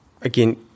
Again